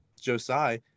Josiah